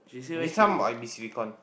this one might be silicon